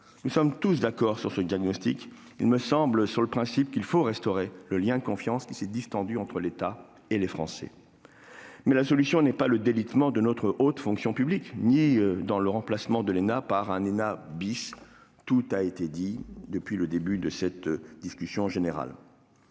Nous sommes tous d'accord sur ce diagnostic et sur le principe qu'il faut restaurer le lien de confiance qui s'est distendu entre l'État et les Français. Pourtant, la solution n'est ni le délitement de la haute fonction publique ni le remplacement de l'ENA par une ENA . Tout a été dit sur le sujet depuis le début de cette discussion générale.